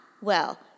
well